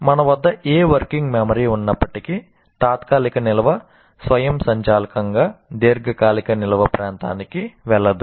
మన వద్ద ఏ వర్కింగ్ మెమరీ ఉన్నప్పటికీ తాత్కాలిక నిల్వ స్వయంచాలకంగా దీర్ఘకాలిక నిల్వ ప్రాంతానికి వెళ్ళదు